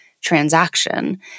Transaction